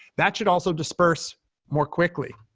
that should also disperse more quickly.